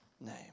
name